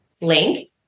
link